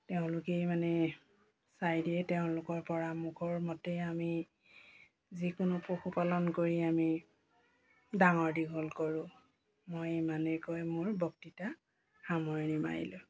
তেওঁলোকেই মানে চাই দিয়ে তেওঁলোকৰ পৰা মুখৰ মতে আমি যিকোনো পশুপালন কৰি আমি ডাঙৰ দীঘল কৰোঁ মই ইমানে কৈ মোৰ বক্তৃতা সামৰণি মাৰিলো